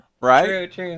right